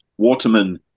Waterman